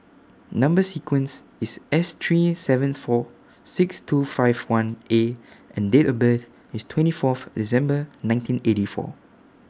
Number sequence IS S three seven four six two five one A and Date of birth IS twenty forth December nineteen eighty four